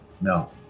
no